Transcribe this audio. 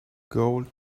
gold